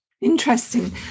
Interesting